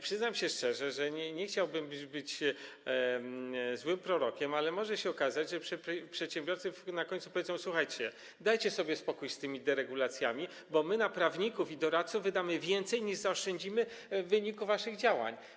Przyznam się szczerze, że nie chciałbym być złym prorokiem, ale może się okazać, że przedsiębiorcy na końcu powiedzą: słuchajcie, dajcie sobie spokój z tymi deregulacjami, bo my na prawników i doradców wydamy więcej, niż zaoszczędzimy w wyniku waszych działań.